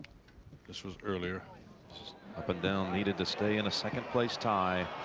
this was earlier put down needed to stay in a second place tie.